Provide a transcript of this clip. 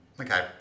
okay